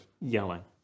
yelling